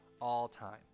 all-time